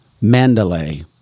Mandalay